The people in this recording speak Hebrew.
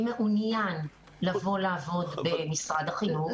מעוניין לבוא לעבוד במשרד החינוך ומי לא.